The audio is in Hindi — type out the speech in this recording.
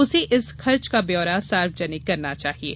उसे इस खर्च का ब्यौरा सार्वजनिक करना चाहिये